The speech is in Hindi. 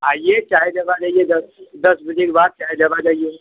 आइए चाहे जब आ जाइए दस दस बजे के बाद चाहे जब आ जाइए